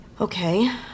Okay